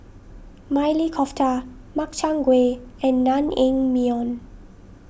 Maili Kofta Makchang Gui and Naengmyeon